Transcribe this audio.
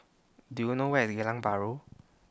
Do YOU know Where IS Geylang Bahru